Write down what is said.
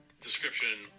Description